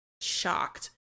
shocked